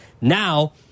Now